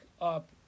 up